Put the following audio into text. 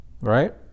right